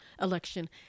election